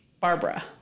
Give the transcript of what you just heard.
Barbara